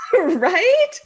Right